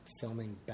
filming